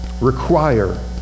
require